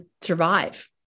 survive